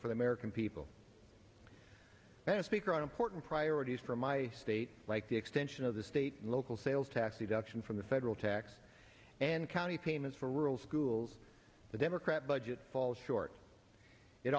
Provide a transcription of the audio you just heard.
for the american people and speaker on important priorities for my state like the extension of the state and local sales tax deduction from the federal tax and county payments for rural schools the democrat budget falls short it